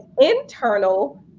internal